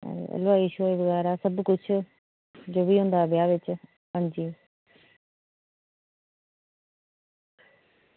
लोआई शोआई बगैरा सबकुछ जो बी होंदा ब्याह् बिच्च हां जी